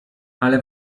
ale